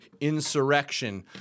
insurrection